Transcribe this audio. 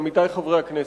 עמיתי חברי הכנסת,